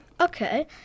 Okay